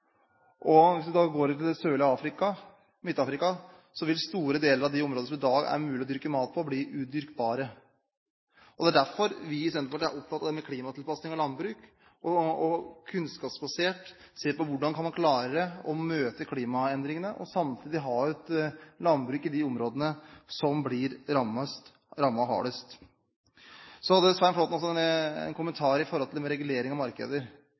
går til det sørlige Afrika og Midt-Afrika, vil man se at store deler av de områdene der det i dag er mulig å dyrke mat, vil bli udyrkbare. Det er derfor vi i Senterpartiet er opptatt av dette med klimatilpasning av landbruk og av kunnskapsbasert å se på hvordan man kan klare å møte klimaendringene, og samtidig ha et landbruk i de områdene som blir rammet hardest. Så hadde Svein Flåtten en